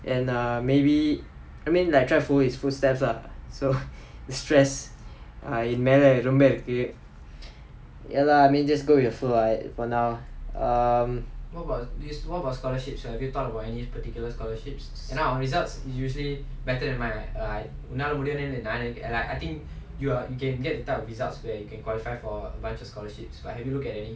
and err maybe I mean like try to follow his footsteps lah so stress இந்நேரம் என்:inneram en room eh இருக்கு:irukku ya lah I mean just go with the flow lah for now um